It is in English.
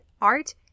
art